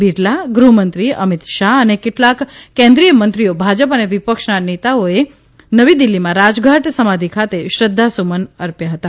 બીરલા ગૃહમંત્રી અમિત શાહ અને કેટલાય કેન્દ્રિય મંત્રીઓ ભાજી અને વિશ્ ક્ષના નેતાઓ નવી દિલ્ફીમાં રાજઘાટ સમાધી ખાતે શ્રધ્ધાસુમન અર્મી હતી